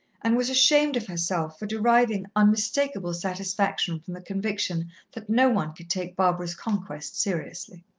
and was ashamed of herself for deriving unmistakable satisfaction from the conviction that no one could take barbara's conquest seriously.